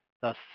Thus